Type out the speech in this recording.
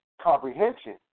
comprehension